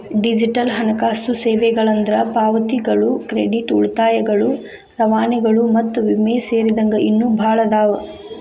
digital ಹಣಕಾಸು ಸೇವೆಗಳಂದ್ರ ಪಾವತಿಗಳು ಕ್ರೆಡಿಟ್ ಉಳಿತಾಯಗಳು ರವಾನೆಗಳು ಮತ್ತ ವಿಮೆ ಸೇರಿದಂಗ ಇನ್ನೂ ಭಾಳ್ ಅದಾವ